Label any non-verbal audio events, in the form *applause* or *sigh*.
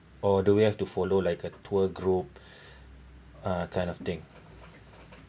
or do we have to follow like a tour group *breath* ah kind of thing